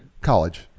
college